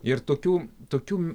ir tokių tokių